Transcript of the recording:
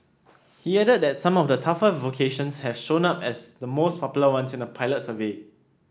he added that some of the tougher vocations have shown up as the most popular ones in a pilot survey